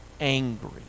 angry